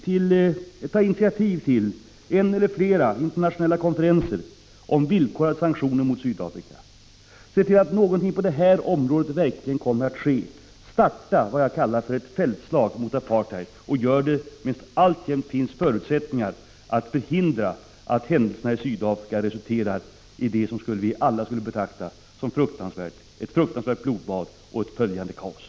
Ta initiativ till en eller flera internationella konferenser om villkorade sanktioner mot Sydafrika! Se till att någonting på det här området verkligen kommer att ske! Starta vad jag kallar ett fältslag mot apartheid, och gör det medan det alltjämt finns förutsättningar att förhindra att händelserna i Sydafrika resulterar i ett fruktansvärt blodbad och ett därpå följande kaos!